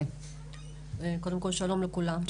שלום לכולם.